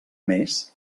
més